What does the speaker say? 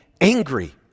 angry